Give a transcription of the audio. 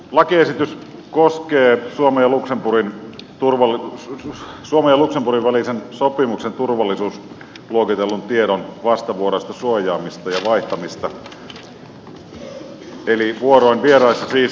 lakiesitys koskee suomen ja luxemburgin välisen sopimuksen turvallisuusluokitellun tiedon vastavuoroista suojaamista ja vaihtamista eli vuoroin vieraissa siis